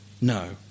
No